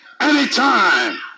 anytime